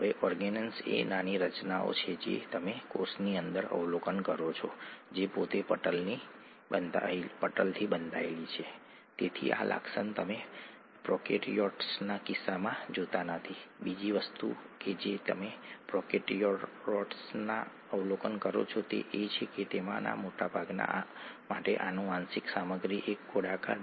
તમે આની કલ્પના કરી શકો છો તમે ટુકડાની દોરી લઈ શકો છો ઠીક છે સુતરાઉ દોરી લઈ શકો છો અને તેને મરડવાનો પ્રયાસ કરી શકો છો પછી ટ્વિસ્ટમરડવું કરી શકો છો અને તે નાના અને નાના થઈ જાય છે ઠીક છે